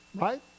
right